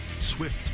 swift